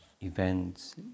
events